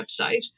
website